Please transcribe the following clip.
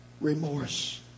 remorse